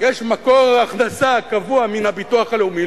יש מקור הכנסה קבוע מן הביטוח הלאומי,